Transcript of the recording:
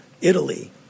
Italy